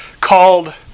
called